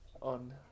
On